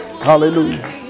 Hallelujah